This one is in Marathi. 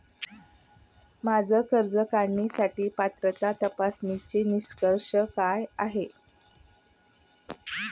माझी कर्ज काढण्यासाठी पात्रता तपासण्यासाठीचे निकष काय आहेत?